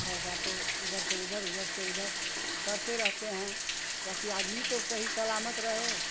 पैसा तो इधर से उधर उधर से उधर करते रहते हैं बाकी आदमी तो सही सलामत रहे